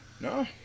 No